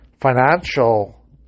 financial